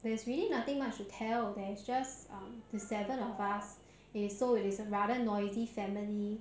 there's really nothing much to tell there's just um there's seven of us okay so it is a rather noisy family